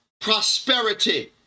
prosperity